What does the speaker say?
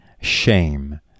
shame